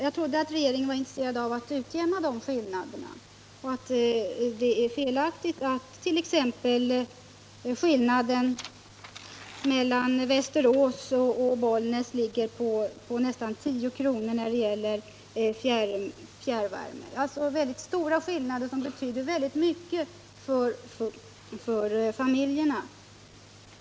Jag trodde att regeringen var intresserad av att utjämna sådana skillnader och att det är felaktigt att fjärrvärmetaxan t.ex. är nästan 10 kr. högre i Bollnäs än i Västerås. Det är i detta avseende väldigt stora skillnader, som betyder mycket för familjerna.